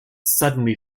suddenly